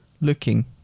looking